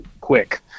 quick